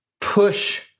Push